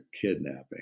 kidnapping